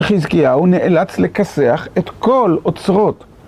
חזקיהו נאלץ לכסח את כל אוצרות